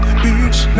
beach